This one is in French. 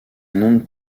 non